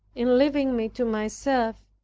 in leaving me to myself,